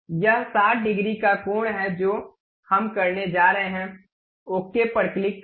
यह 60 डिग्री का कोण है जो हम करने जा रहे हैं ओके पर क्लिक करें